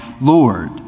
Lord